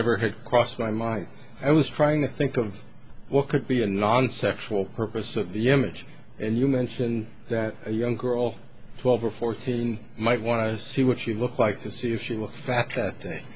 had crossed my mind i was trying to think of what could be a non sexual purpose of the image and you mentioned that a young girl twelve or fourteen might want to see what she looks like to see if she were a fact t